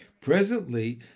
Presently